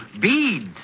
beads